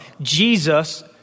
Jesus